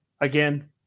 again